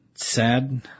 sad